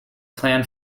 plan